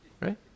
right